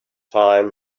time